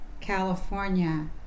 California